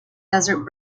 desert